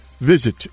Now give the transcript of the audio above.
Visit